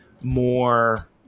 more